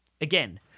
Again